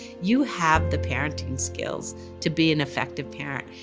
you have the parenting skills to be an effective parent.